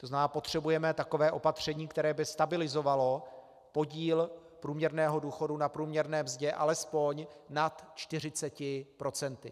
To znamená, potřebujeme takové opatření, které by stabilizovalo podíl průměrného důchodu na průměrné mzdě alespoň nad 40 procenty.